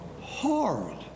Hard